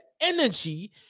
energy